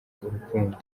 urukundo